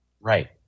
Right